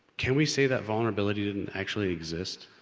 can we say that vulnerability didn't actually exist.